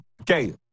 okay